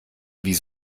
wie